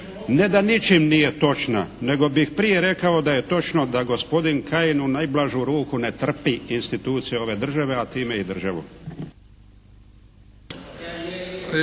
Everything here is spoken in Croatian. Ne da ničim nije točna, nego bi prije rekao da je točno da gospodin Kajin u najblažu ruku ne trpi institucije ove države, a time i državu.